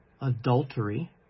adultery